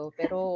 pero